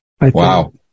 Wow